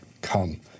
Come